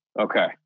Okay